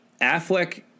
Affleck